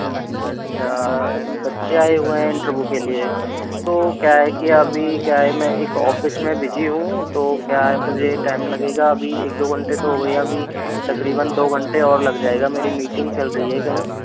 अच्छा अच्छा बच्चे आए हुए हैं इंटरव्यू के लिए तो क्या है कि अभी क्या है मैं एक ऑफ़िस में बिज़ी हूँ तो क्या है मुझे टाइम लगेगा अभी एक दो घंटे तो हो गए अभी तकरीबन दो घंटे और लग जाएगा मेरी मीटिंग चल रही है कहीं